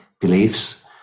beliefs